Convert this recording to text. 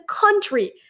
country